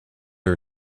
are